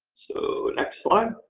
so, next slide.